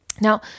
Now